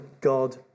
God